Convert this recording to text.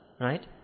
right